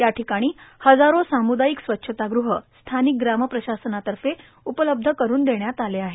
या ठिकाणी इजारो सामुदायिक स्वच्छतागृह स्थानिक ग्राम प्रशासनातर्फे उपलब्ध करून देण्यात आले आहेत